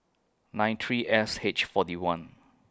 nine three S H forty one